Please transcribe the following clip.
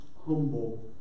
humble